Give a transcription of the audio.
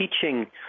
teaching